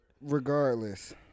regardless